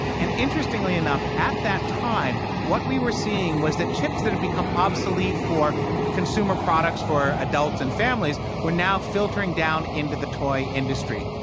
and interestingly enough, at that time what we were seeing was that chips that had become obsolete for consumer products, for adults and families, were now filtering down into the toy industry